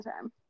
time